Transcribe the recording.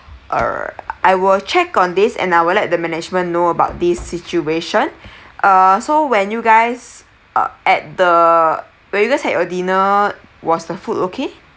err I will check on this and I will let the management know about this situation err so when you guys uh at the where you guys had your dinner was the food okay